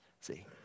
See